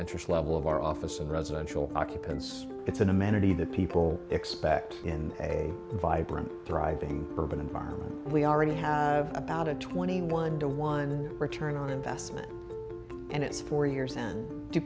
interest level of our office of residential occupants it's an amenity that people expect in a vibrant thriving urban environment we already have about a twenty one to one return on investment and it's four years and t